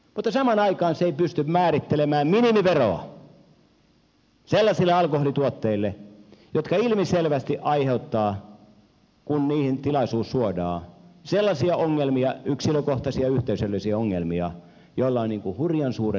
mutta samaan aikaan se ei pysty määrittelemään minimiveroa sellaisille alkoholituotteille jotka ilmiselvästi aiheuttavat kun tilaisuus suodaan sellaisia ongelmia yksilökohtaisia ja yhteisöllisiä ongelmia joilla on hurjan suuret vaikutukset